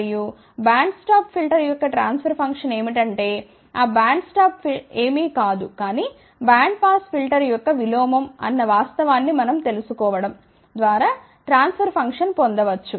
మరియు band stop filter యొక్క transfer function ఏమిటంటే ఆ బ్యాండ్ స్టాప్ ఏమీ కాదు కానీ బ్యాండ్ పాస్ ఫిల్టర్ యొక్క విలోమం అన్న వాస్తవాన్ని తెలుసుకోవడం ద్వారా ట్రాన్స్ఫర్ ఫంక్షన్ పొందవచ్చు